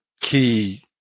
key